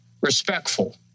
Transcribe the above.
respectful